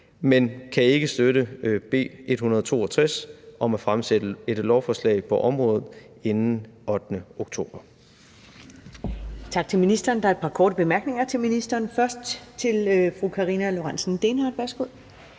men kan ikke støtte B 162 om at fremsætte et lovforslag på området inden den 8. oktober.